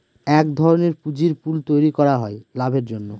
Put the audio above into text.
এক ধরনের পুঁজির পুল তৈরী করা হয় লাভের জন্য